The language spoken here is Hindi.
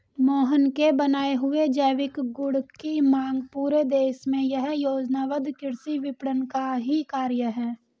मोहन के बनाए हुए जैविक गुड की मांग पूरे देश में यह योजनाबद्ध कृषि विपणन का ही कार्य है